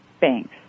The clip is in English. banks